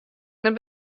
net